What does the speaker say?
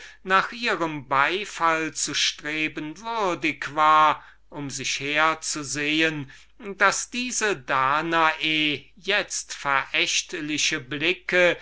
nach ihrem beifall zu streben um sich her zu sehen daß diese danae itzt verächtliche blicke